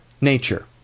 Nature